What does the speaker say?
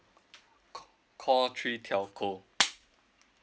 call three telco